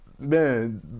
Man